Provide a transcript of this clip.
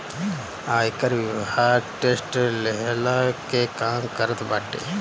आयकर विभाग टेक्स लेहला के काम करत बाटे